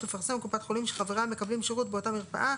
תפרסם קופת חולים שחבריה מקבלים שירות באותה מרפאה